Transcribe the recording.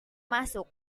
masuk